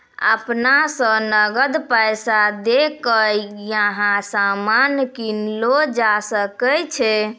अपना स नकद पैसा दै क यहां सामान कीनलो जा सकय छै